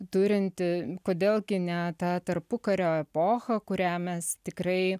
turinti kodėl gi ne ta tarpukario epocha kurią mes tikrai